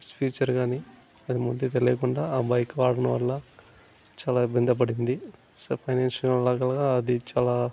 feature కానీ అది ముందే తెలియకుండా ఆ బైక్ని వాడడం వల్ల చాలా ఇబ్బంది పడింది సో ఫైనాన్షియల్గా అది చాలా